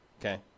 Okay